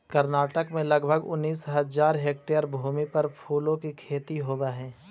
कर्नाटक में लगभग उनीस हज़ार हेक्टेयर भूमि पर फूलों की खेती होवे हई